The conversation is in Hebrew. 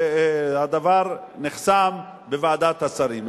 והדבר נחסם בוועדת השרים.